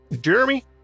Jeremy